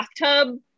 bathtub